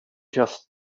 just